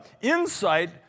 insight